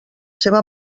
seva